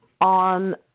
on